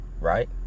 right